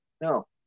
No